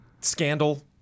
scandal